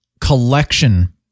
collection